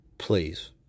Please